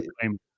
claim